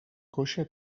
coixa